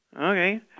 Okay